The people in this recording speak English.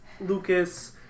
Lucas